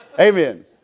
Amen